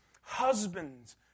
husbands